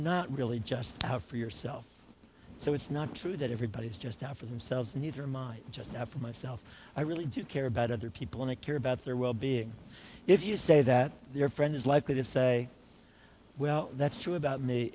not really just out for yourself so it's not true that everybody is just out for themselves and either my just out for myself i really do care about other people and i care about their well being if you say that your friend is likely to say well that's true about me